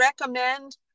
recommend